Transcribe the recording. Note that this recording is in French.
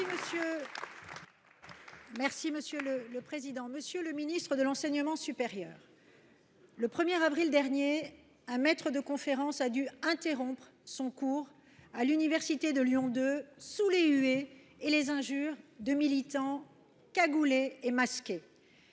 Merci Monsieur le Président, Monsieur le Ministre de l'Enseignement supérieur. Le 1er avril dernier, un maître de conférence a dû interrompre son cours à l'Université de Lyon 2 sous les huées et les injures de militants cagoulés et masqués.